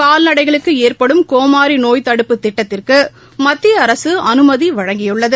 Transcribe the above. கால்நடைகளுக்கு ஏற்படும் கோமாரி நோய்த் தடுப்பு திட்டத்திற்கு மத்திய அரசு அனுமதி வழங்கியுள்ளது